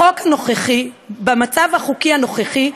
בחוק הנוכחי, במצב החוקי הנוכחי,